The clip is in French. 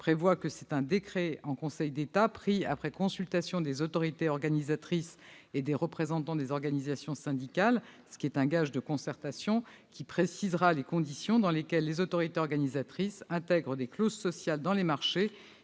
qu'un décret en Conseil d'État, pris après consultation des autorités organisatrices et des représentants des organisations syndicales- c'est un gage de concertation -, précisera les conditions dans lesquelles les autorités organisatrices intègrent des clauses sociales dans les marchés